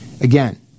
Again